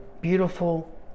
beautiful